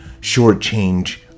shortchange